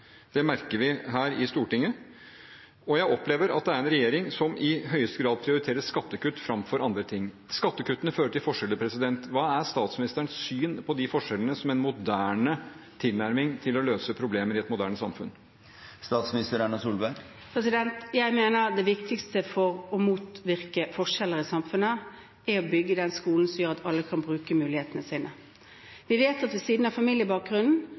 Det merker vi her i Stortinget. Jeg opplever at det er en regjering som i høyeste grad prioriterer skattekutt fremfor andre ting. Skattekuttene fører til forskjeller. Hva er statsministerens syn på de forskjellene som en moderne tilnærming til å løse problemer i et moderne samfunn? Jeg mener det viktigste for å motvirke forskjeller i samfunnet, er å bygge den skolen som gjør at alle kan bruke mulighetene sine. Vi vet at ved siden av